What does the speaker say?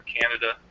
Canada